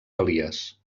elies